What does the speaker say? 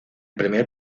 primer